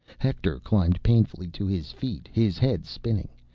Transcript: hector climbed painfully to his feet, his head spinning.